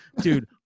Dude